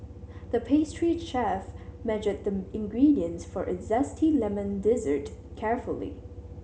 the pastry chef measured the ingredients for a zesty lemon dessert carefully